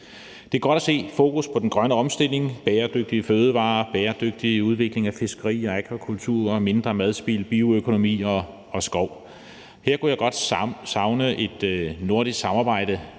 Det er godt at se et fokus på den grønne omstilling i forhold til bæredygtige fødevarer, bæredygtig udvikling af fiskeri og akvakultur, mindre madspild, bioøkonomi og skov. Her kunne jeg godt savne et nordisk samarbejde